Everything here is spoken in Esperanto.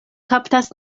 kaptas